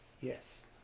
Yes